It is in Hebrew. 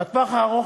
בטווח הארוך,